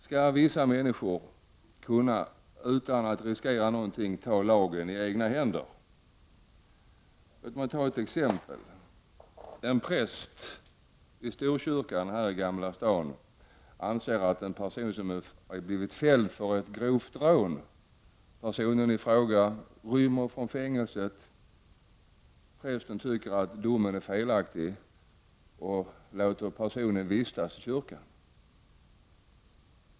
Skall vissa människor, utan att riskera någonting, kunna ta lagen i egna händer? Låt mig ta ett exempel. En präst i Storkyrkan här i Gamla stan anser att en person har blivit felaktigt fälld för ett grovt rån. Personen i fråga rymmer från fängelset. Prästen, som alltså tycker att domen är felaktig, låter personen vistas i kyrkan.